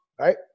right